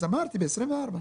אז אמרתי, ב-24'.